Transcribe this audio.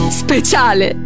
speciale